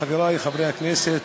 חברי חברי הכנסת,